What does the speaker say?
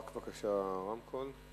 אם אפשר לפתוח לו רמקול.